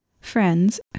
friends